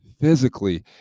physically